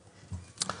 כל,